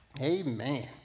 amen